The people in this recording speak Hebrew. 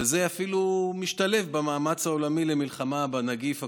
וזה אפילו משתלב במאמץ העולמי למלחמה בנגיף הקורונה,